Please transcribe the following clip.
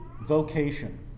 vocation